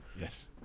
Yes